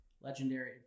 legendary